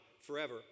forever